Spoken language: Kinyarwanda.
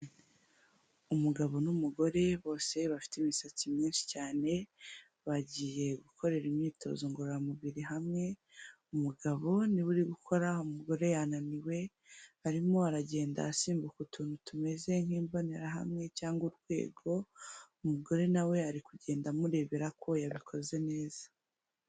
Umugabo n'umugore bose bafite imisatsi myinshi cyane bagiye gukorera imyitozo ngororamubiri hamwe, umugabo ni we uri gukora umugore yananiwe, arimo aragenda asimbuka utuntu tumeze nk'imbonerahamwe cyangwa urwego, umugore na we ari kugenda amurebera ko yabikoze neza.